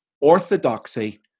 Orthodoxy